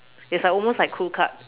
is like almost like crew cut